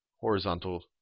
horizontal